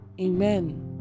amen